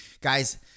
Guys